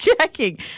checking